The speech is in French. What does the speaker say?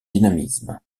dynamisme